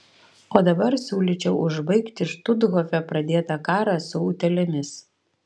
o dabar siūlyčiau užbaigti štuthofe pradėtą karą su utėlėmis